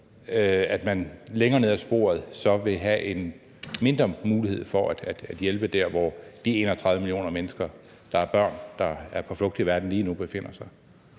at man længere nede ad sporet så vil have en mindre mulighed for at hjælpe der, hvor de 31 millioner mennesker, der er børn, der er på flugt i verden lige nu, befinder sig.